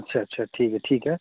اچھا اچھا ٹھیک ہے ٹھیک ہے